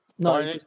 No